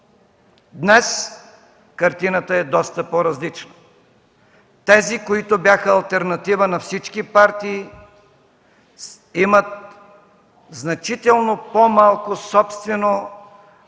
Днес картината е доста по-различна. Тези, които бяха алтернатива на всички партии, имат значително по-малко собствено